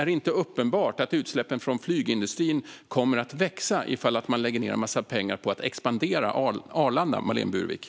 Är det inte uppenbart att utsläppen från flygindustrin kommer att växa om man lägger ned en massa pengar på att expandera Arlanda, Marlene Burwick?